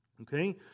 Okay